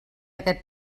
aquest